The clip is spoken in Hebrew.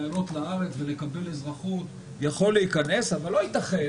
לעלות לארץ ולקבל אזרחות הוא יכול להיכנס אבל לא יתכן